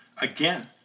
Again